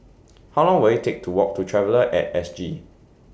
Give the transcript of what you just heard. How Long Will IT Take to Walk to Traveller At S G